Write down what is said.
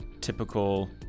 typical